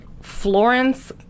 Florence